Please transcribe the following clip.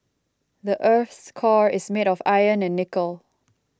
the earth's core is made of iron and nickel